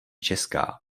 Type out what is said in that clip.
česká